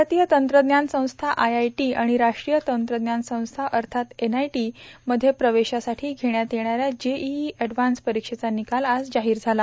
भारतीय तंत्रज्ञान संस्था आयआयटी आणि राष्ट्रीय तंत्रज्ञान संस्था अर्थात एनआयटी मध्ये प्रवेशासाठी घेण्यात येणाऱ्या जेईई एडव्हाव्स्ड परीक्षेचा निकाल आज जाहीर झाला